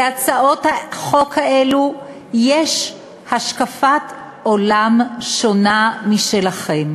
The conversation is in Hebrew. בהצעות החוק האלה יש השקפת עולם שונה משלכם.